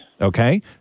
Okay